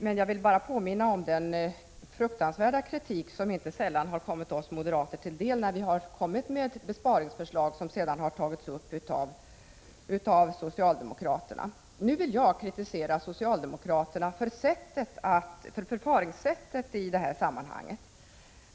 Men jag vill påminna om den fruktansvärda kritik som inte sällan har kommit oss moderater till del när vi har lagt fram besparingsförslag, förslag som sedan ändå tagits upp av socialdemokraterna. Nu vill jag kritisera socialdemokraterna för deras förfaringssätt i detta sammanhang.